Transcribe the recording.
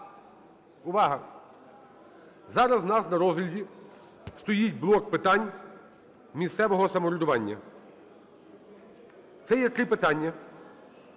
Увага! Зараз у нас на розгляді стоїть блок питань місцевого самоврядування. Це є три питання: